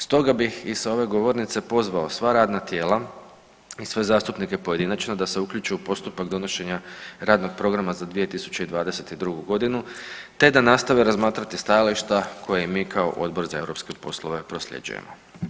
Stoga bih i s ove govornice pozvao sva radna tijela i sve zastupnike pojedinačno da se uključe u postupak donošenja radnog programa za 2022. godinu te da nastave razmatrati stajališta koje mi kao Odbor za europske poslove prosljeđujemo.